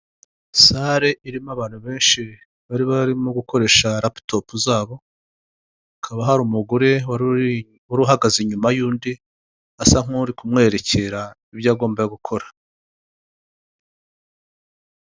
Sale irimo abantu benshi bari barimo gukoresha laputopu zabo, hakaba hari umugore wari uri, wari uhagaze inyuma y'undi, asa nk'uri kumwerekera ibyo agomba gukora.